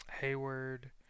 Hayward